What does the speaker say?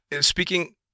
Speaking